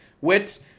Wits